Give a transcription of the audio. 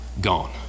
gone